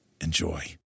Enjoy